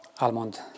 almond